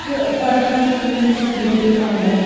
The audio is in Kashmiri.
تہٕ پَتہٕ حظ کٔر مےٚ سۄ گٔرۍ آرڈَر